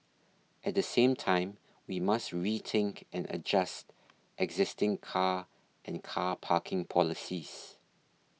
at the same time we must rethink and adjust existing car and car parking policies